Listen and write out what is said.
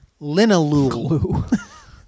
linalool